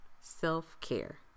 Self-care